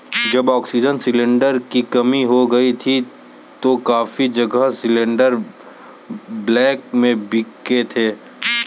जब oxygen cylinder की कमी हो गई थी तो काफी जगह सिलेंडरस ब्लैक में बिके थे